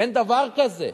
אין דבר כזה.